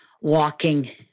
walking